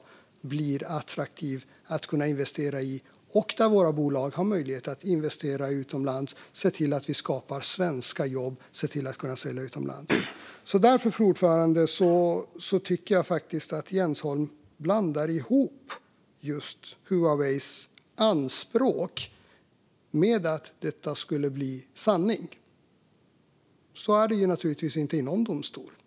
Vi vill att det ska vara ett attraktivt land att investera i och att våra bolag ska ha möjlighet att investera utomlands. Vi ska skapa svenska jobb och se till att vi kan sälja utomlands. Därför, fru talman, tycker jag att Jens Holm blandar ihop Huaweis anspråk med att detta skulle bli sanning. Så är det ju naturligtvis inte i någon domstol.